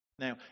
Now